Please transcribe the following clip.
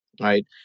Right